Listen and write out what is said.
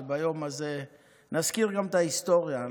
וביום הזה נזכיר גם את ההיסטוריה,